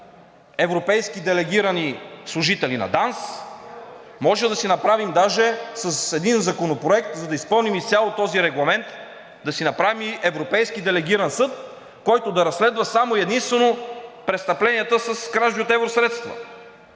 европейски делегирани служители на ДАНС, може да си направим даже един законопроект, за да изпълним изцяло този регламент, европейски делегиран съд, който да разследва само и единствено престъпленията с кражби от евросредства.